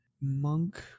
monk